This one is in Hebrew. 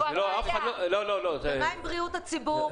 זה בא עם בריאות הציבור.